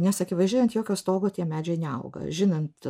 nes akivaizdžiai ant jokio stogo tie medžiai neauga žinant